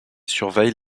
surveille